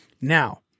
Now